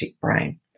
brain